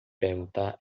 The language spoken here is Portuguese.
perguntar